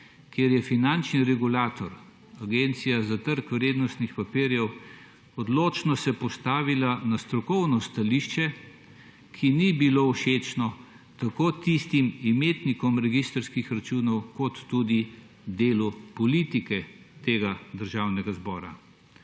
se je finančni regulator, Agencija za trg vrednostnih papirjev odločno postavila na strokovno stališče, ki ni bilo všečno tako tistim imetnikom registrskih računov kot tudi delu politike tega državnega zbora.